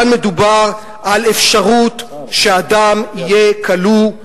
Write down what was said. כאן מדובר על אפשרות שאדם יהיה כלוא,